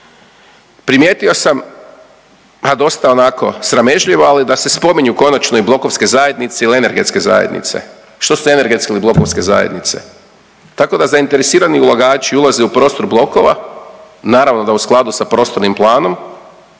Primijetio sam a dosta onako sramežljivo ali da se spominju konačno i blokovske zajednice ili energetske zajednice. Što su energetske ili blokovske zajednice? Tako da zainteresirani ulagači ulaze u prostor blokova. Naravno da u skladu sa prostornim planom